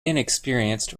inexperienced